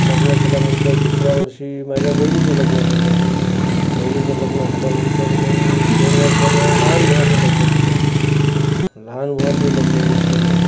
लग्न केल्यानंतर दुसऱ्या वर्षी माझ्या बहिणीचं लग्न केलं बहिणीचं लग्न झाल्यानंतर मग दोन वर्षानं लहान भावाचं लग्न केलं लहान भावाचंही लग्न मीच केलं